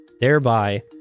thereby